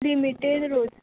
limited लोक